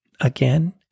again